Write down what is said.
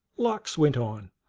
lox went on.